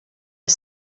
are